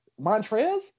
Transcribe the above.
Montrez